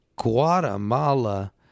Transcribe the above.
Guatemala